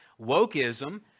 Wokeism